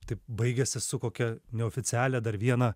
taip baigėsi su kokia neoficialią dar vieną